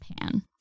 pan